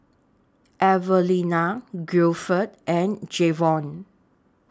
Evelena Gilford and Jayvon